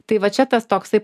tai va čia tas toksai